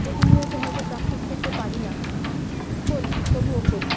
প্রতিনিয়ত হয়তো প্র্যাকটিস করতে পারি না করি তবুও করি